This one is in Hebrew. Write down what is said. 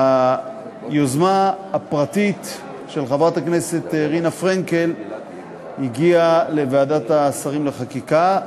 היוזמה הפרטית של חברת הכנסת רינה פרנקל הגיעה לוועדת השרים לחקיקה,